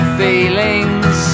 feelings